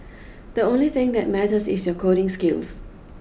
the only thing that matters is your coding skills